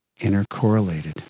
intercorrelated